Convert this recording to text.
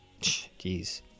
Jeez